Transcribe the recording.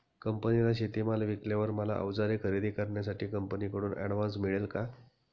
कंपनीला शेतीमाल विकल्यावर मला औजारे खरेदी करण्यासाठी कंपनीकडून ऍडव्हान्स मिळेल का?